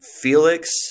felix